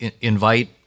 invite